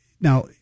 Now